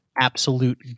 absolute